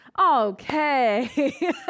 Okay